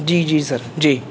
جی جی سر جی